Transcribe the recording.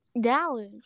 Dallas